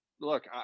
Look